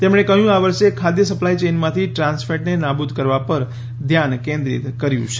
તેમણે કહ્યું આ વર્ષે ખાદ્ય સપ્લાય ચેઇનમાંથી ટ્રાન્સ ફેટને નાબૂદ કરવા પર ધ્યાન કેન્દ્રિત કર્યું છે